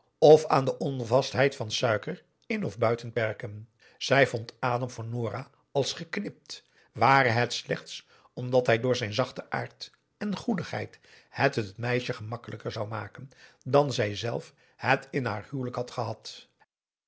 of aan de onvastheid van suiker in of buiten perken zij vond adam voor nora als geknipt ware het slechts omdat hij door zijn zachten aard en goedigheid het t meisje gemakkelijker zou maken dan zijzelf het in haar huwelijk had gehad